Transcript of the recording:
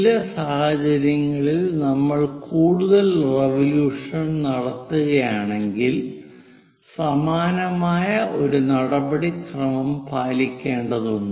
ചില സാഹചര്യങ്ങളിൽ നമ്മൾ കൂടുതൽ റിവൊല്യൂഷൻ നടത്തുകയാണെങ്കിൽ സമാനമായ ഒരു നടപടിക്രമം പാലിക്കേണ്ടതുണ്ട്